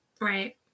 right